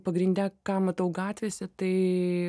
pagrinde ką matau gatvėse tai